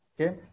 Okay